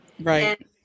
right